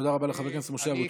תודה רבה לחבר הכנסת משה אבוטבול.